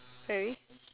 sorry